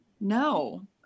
No